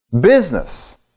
Business